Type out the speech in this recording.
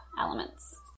elements